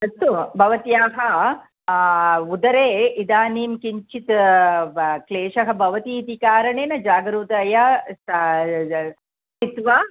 अस्तु भवत्याः उदरे इदानीं किञ्चित् ब क्लेशः भवति इति कारणेन जागरूकतया या स्थित्वा